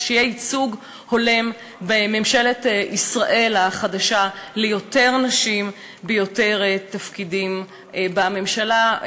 שיהיה ייצוג הולם בממשלת ישראל החדשה ליותר נשים ביותר תפקידים בממשלה,